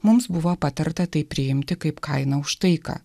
mums buvo patarta tai priimti kaip kainą už taiką